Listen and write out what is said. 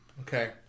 Okay